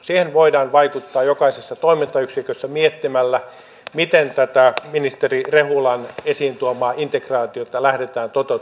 siihen voidaan vaikuttaa jokaisessa toimintayksikössä miettimällä miten tätä ministeri rehulan esiin tuomaa integraatiota lähdetään toteuttamaan mahdollisimman äkkiä